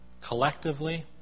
collectively